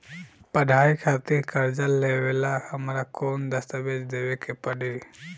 पढ़ाई खातिर कर्जा लेवेला हमरा कौन दस्तावेज़ देवे के पड़ी?